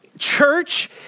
church